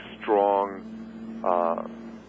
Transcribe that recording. strong